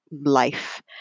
life